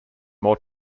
more